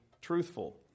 truthful